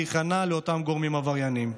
להיכנע לאותם גורמים עברייניים.